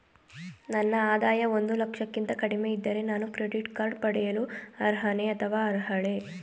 ನನ್ನ ಆದಾಯ ಒಂದು ಲಕ್ಷಕ್ಕಿಂತ ಕಡಿಮೆ ಇದ್ದರೆ ನಾನು ಕ್ರೆಡಿಟ್ ಕಾರ್ಡ್ ಪಡೆಯಲು ಅರ್ಹನೇ ಅಥವಾ ಅರ್ಹಳೆ?